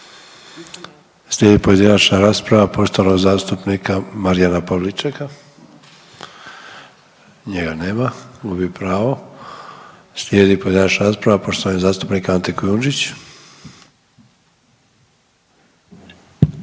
Slijedi pojedinačna rasprava poštovanog zastupnika Marijana Pavličeka. Njega nema, gubi pravo. Slijedi pojedinačna rasprava, poštovani zastupnik Ante Kujundžić.